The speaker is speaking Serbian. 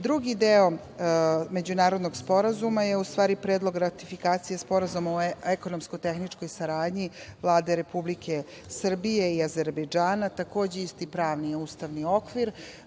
deo međunarodnog sporazuma je, u stvari, predlog ratifikacije Sporazuma o ekonomsko-tehničkoj saradnji Vlade Republike Srbije i Azerbejdžana. Takođe, isti pravni ustavni okvir,